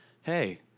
hey